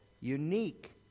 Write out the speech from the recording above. unique